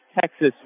Texas